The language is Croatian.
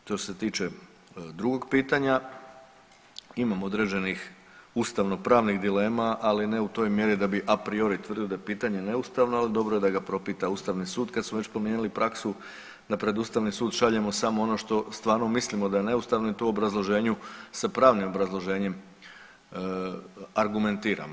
Što se tiče drugog pitanja imamo određenih ustavno-pravnih dilema, ali ne u toj mjeri da bi a priori tvrdili da je pitanje neustavno, ali dobro da ga propita Ustavni sud kad smo već promijenili praksu da pred Ustavni sud šaljemo samo ono što stvarno mislimo da je neustavno i to u obrazloženju sa pravnim obrazloženjem argumentiramo.